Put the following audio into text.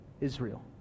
Israel